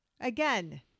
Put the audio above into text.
Again